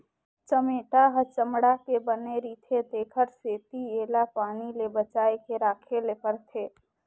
चमेटा ह चमड़ा के बने रिथे तेखर सेती एला पानी ले बचाए के राखे ले परथे